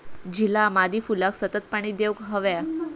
झिला मादी फुलाक सतत पाणी देवक हव्या